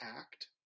act